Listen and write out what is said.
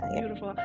beautiful